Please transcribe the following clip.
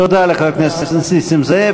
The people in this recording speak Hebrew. תודה לחבר הכנסת נסים זאב.